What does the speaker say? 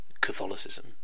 Catholicism